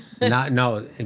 no